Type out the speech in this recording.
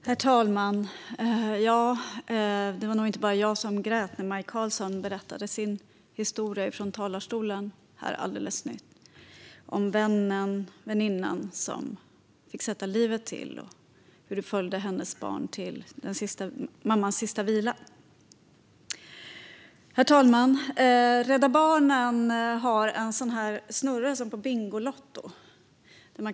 Herr talman! Det var nog inte bara jag som grät när Maj Karlsson stod i talarstolen och berättade om väninnan som fick sätta livet till och hur de följde barnen till mammans sista vila. Herr talman! Rädda Barnen har en sådan där snurra som på Bingolotto .